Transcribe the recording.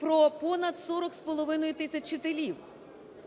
про понад 40,5 тисяч вчителів,